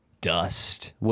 dust